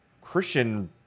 Christian